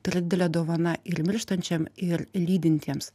tai yra didelė dovana ir mirštančiam ir lydintiems